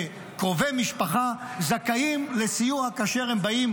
שקרובי משפחה זכאים לסיוע כאשר הם באים